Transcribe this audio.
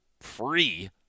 free